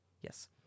yes